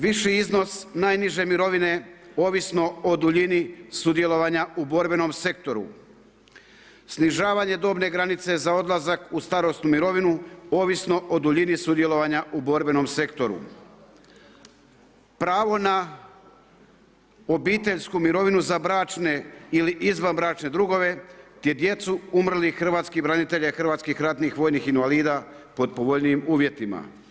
Viši iznos najniže mirovine ovisno o duljini sudjelovanja u borbenom sektoru, snižavanje dobne granice za odlazak u starosnu mirovinu ovisno o duljini sudjelovanja u borbenom sektoru, pravo na obiteljsku mirovinu za bračne ili izvanbračne drugove gdje djecu umrlih hrvatskih branitelja i hrvatskih ratnih vojnih invalida pod povoljnijim uvjetima.